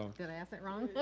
ah and ask it wrong?